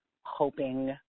hoping